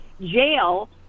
jail